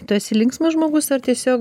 tu esi linksmas žmogus ar tiesiog